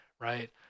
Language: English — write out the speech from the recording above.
right